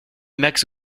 max